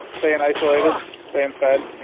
staying isolated, staying fed. you